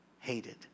hated